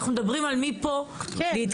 אנחנו מדברים על מפה להתקדם.